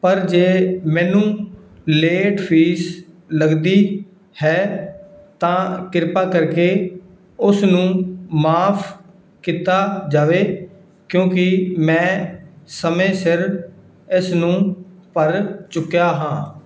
ਪਰ ਜੇ ਮੈਨੂੰ ਲੇਟ ਫੀਸ ਲੱਗਦੀ ਹੈ ਤਾਂ ਕਿਰਪਾ ਕਰਕੇ ਉਸ ਨੂੰ ਮਾਫ ਕੀਤਾ ਜਾਵੇ ਕਿਉਂਕਿ ਮੈਂ ਸਮੇਂ ਸਿਰ ਇਸ ਨੂੰ ਭਰ ਚੁੱਕਿਆ ਹਾਂ